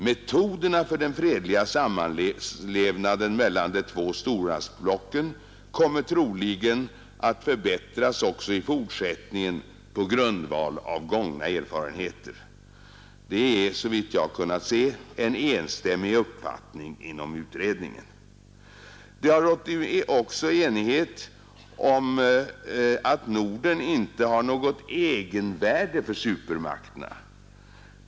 Metoderna för den fredliga samlevnaden mellan de två stormaktsblocken kommer troligen att förbättras också i fortsättningen på grundval av gångna erfarenheter. Det är såvitt jag kunnat se en enstämmig uppfattning inom utredningen. Det har också rått enighet om att Norden inte har något egenvärde för supermakterna.